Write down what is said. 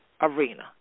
arena